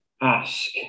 ask